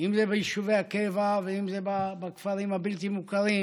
אם זה ביישובי הקבע ואם זה בכפרים הבלתי-מוכרים